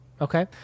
okay